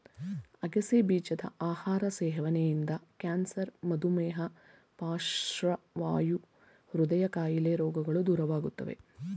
ಅಗಸೆ ಬೀಜದ ಆಹಾರ ಸೇವನೆಯಿಂದ ಕ್ಯಾನ್ಸರ್, ಮಧುಮೇಹ, ಪಾರ್ಶ್ವವಾಯು, ಹೃದಯ ಕಾಯಿಲೆ ರೋಗಗಳು ದೂರವಾಗುತ್ತವೆ